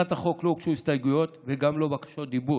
להצעת החוק לא הוגשו הסתייגויות וגם לא בקשות דיבור.